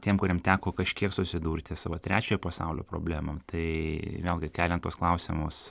tiem kuriem teko kažkiek susidurti su vat trečiojo pasaulio problemom tai vėlgi keliant tuos klausimus